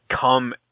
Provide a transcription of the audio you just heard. come